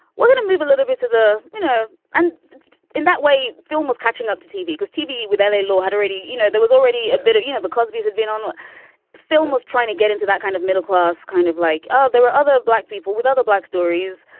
didn't move a little bit to the, you know. and in that way, film was catching up to tv because tv with l a. law had already you know, there was already a bit of, you know, the cosbys had been on film, was trying to get into that kind of middle-class kind of like, oh, there were other black people with other black stories.